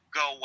go